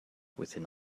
within